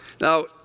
Now